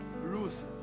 Ruth